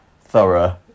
thorough